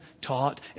taught